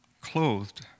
clothed